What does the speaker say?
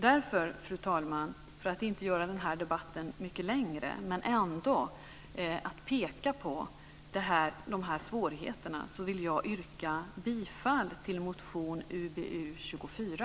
Jag vill inte förlänga den här debatten, men vill ändå peka på dessa svårigheter och yrkar därför bifall till motion Ub24.